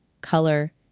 color